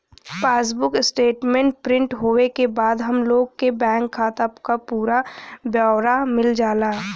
passbook statement print होये के बाद हम लोग के बैंक खाता क पूरा ब्यौरा मिल जाला